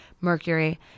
mercury